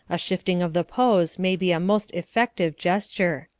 a shifting of the pose may be a most effective gesture.